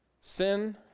Sin